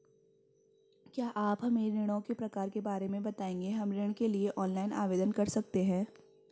क्या आप हमें ऋणों के प्रकार के बारे में बताएँगे हम ऋण के लिए ऑनलाइन आवेदन कर सकते हैं?